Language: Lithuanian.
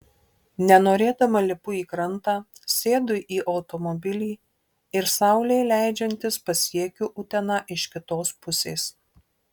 nenorėdama lipu į krantą sėdu į automobilį ir saulei leidžiantis pasiekiu uteną iš kitos pusės